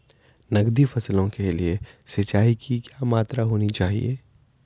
नकदी फसलों के लिए सिंचाई की क्या मात्रा होनी चाहिए?